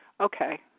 okay